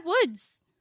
Woods